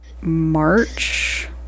March